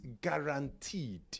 guaranteed